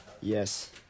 Yes